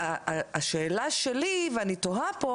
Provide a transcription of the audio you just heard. השאלה שלי ואני תוהה פה,